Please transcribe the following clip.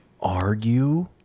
argue